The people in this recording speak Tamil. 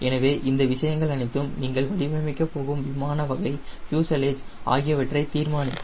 எனவே இந்த விஷயங்கள் அனைத்தும் நீங்கள் வடிவமைக்கப் போகும் விமான வகை ஃப்யூஸலேஜ் ஆகியவற்றை தீர்மானிக்கும்